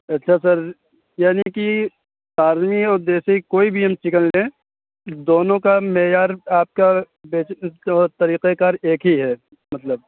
اچھا سر یعنی کہ فارمی اور دیسی کوئی بھی ہم چکن لیں دونوں کا معیار آپ کا طریقۂ کار ایک ہی ہے مطلب